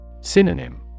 Synonym